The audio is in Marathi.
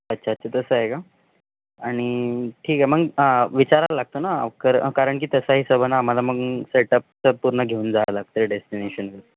अच्छा अच्छा तसं आहे का आणि ठीक आहे मग विचारायला लागतं ना कर कारण की तसाही सर्वाना आम्हाला मग सेटअपचं पूर्ण घेऊन जावं लागते डेस्टिनेशनवर